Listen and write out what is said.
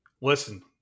Listen